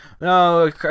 No